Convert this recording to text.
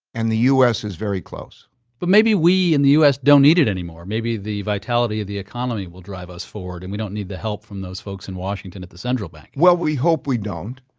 and the u s. is very close but maybe we, in the u s, don't need it anymore. maybe the vitality of the economy will drive us forward and we don't need the help from those folks in washington at the central bank? we hope we don't,